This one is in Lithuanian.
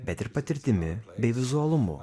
bet ir patirtimi bei vizualumu